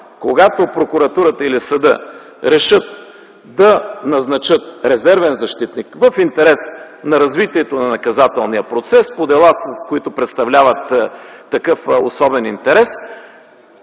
„Когато прокуратурата или съдът решат да назначат резервен защитник в интерес на развитието на наказателния процес по дела, които представляват такъв особен интерес,